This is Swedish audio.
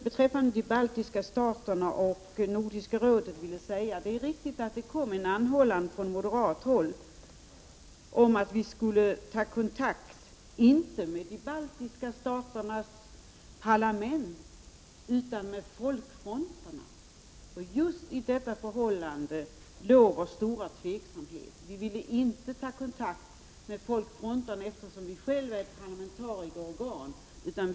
Beträffande de baltiska staterna och Nordiska rådet vill jag nämna att det är riktigt att det kom en anhållan från moderat håll om att Nordiska rådet skulle ta kontakt inte med de baltiska staternas parlament utan med folkfronterna. Just i detta förhållande låg vår stora tveksamhet. Vi ville inte ta kontakt med folkfronten, eftersom Nordiska rådet är ett parlamentarikerorgan.